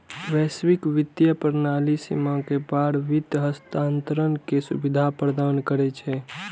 वैश्विक वित्तीय प्रणाली सीमा के पार वित्त हस्तांतरण के सुविधा प्रदान करै छै